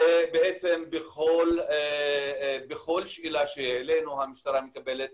בכל שאלה שהעלינו המשטרה מקבלת